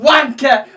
Wanker